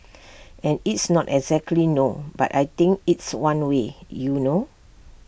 and it's not exactly no but I think it's one way you know